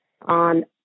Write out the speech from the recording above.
on